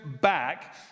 back